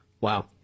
Wow